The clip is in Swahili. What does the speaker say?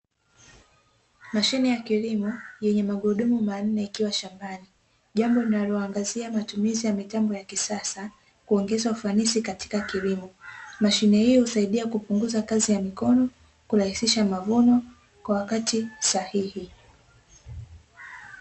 Mashine ya kilimo, yenye magurudumu manne ikiwa shambani, jambo linaloangazia matumizi ya mitambo ya kisasa kuongeza ufanisi katika kilimo. Mashine hii husaidia kupunguza kazi ya mikono, kurahisisha mavuno kwa wakati sahihi.